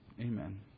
Amen